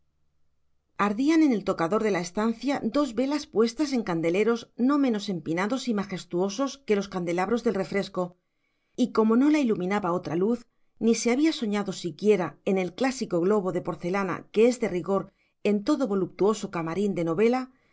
ardían en el tocador de la estancia dos velas puestas en candeleros no menos empinados y majestuosos que los candelabros del refresco y como no la iluminaba otra luz ni se había soñado siquiera en el clásico globo de porcelana que es de rigor en todo voluptuoso camarín de novela